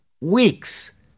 weeks